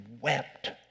wept